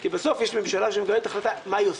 כי בסוף יש ממשלה שמקבלת החלטה מה היא עושה.